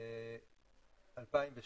ב-2016